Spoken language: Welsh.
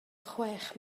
chwech